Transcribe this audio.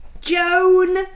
Joan